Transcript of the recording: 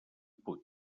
puig